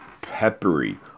peppery